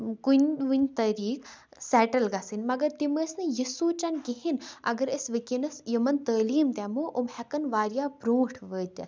کُن وٕنۍ طٔریٖقہٕ سیٹٕل گژھٕںۍ مگر تِم ٲسۍ نہٕ یہِ سونٛچان کِہیٖنۍ اگر أسۍ وٕکٮ۪نَس یِمَن تعلیٖم دیمو یِم ہیٚکَن واریاہ برونٛٹھ وٲتِتھ